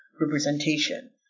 representation